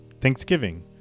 Thanksgiving